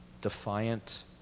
defiant